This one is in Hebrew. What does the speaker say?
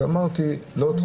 אז אמרתי: לא.